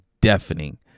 deafening